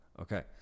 okay